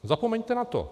Zapomeňte na to.